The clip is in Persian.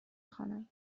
بخوانم